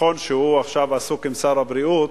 נכון שהוא עכשיו עסוק עם שר הבריאות,